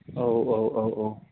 औ औ औ